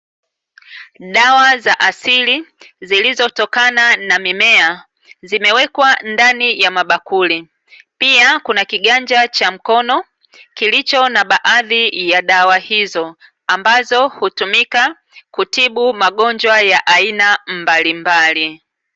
Dawa za asili zilizotokana na mimea, zimewekwa ndani ya mabakuli, pia kuna kiganja cha mkono kilicho na baadhi ya dawa hizo, ambazo hutumika kutibu magonjwa ya aina mbalimbali.